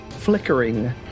flickering